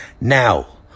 Now